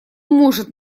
может